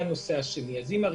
הנושא השני הוא